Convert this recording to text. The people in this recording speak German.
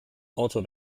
auto